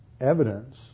evidence